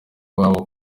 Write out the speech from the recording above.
babo